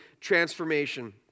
transformation